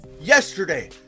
yesterday